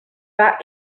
bat